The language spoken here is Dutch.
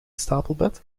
stapelbed